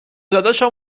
داداشم